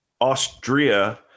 Austria